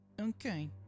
Okay